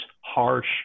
harsh